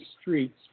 streets